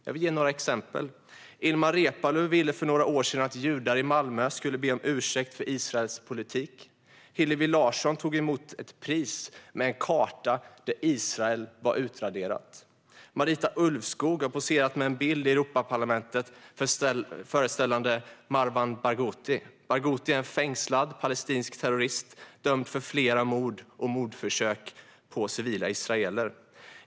Låt mig ge några exempel: Ilmar Reepalu ville för några år sedan att judar i Malmö skulle be om ursäkt för Israels politik. Hillevi Larsson tog emot ett pris med en karta där staten Israel var utraderad, och Marita Ulvskog poserade i Europaparlamentet med en bild föreställande Marwan Barghouti. Barghouti är fängslad palestinsk terrorist, dömd för flera mord och mordförsök på civila israeler.